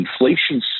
inflation